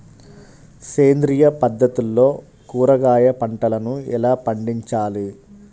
సేంద్రియ పద్ధతుల్లో కూరగాయ పంటలను ఎలా పండించాలి?